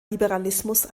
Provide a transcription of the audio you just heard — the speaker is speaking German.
liberalismus